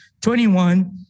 21